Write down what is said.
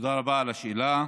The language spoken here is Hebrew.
תודה רבה על השאלה.